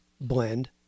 blend